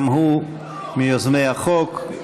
גם הוא מיוזמי החוק,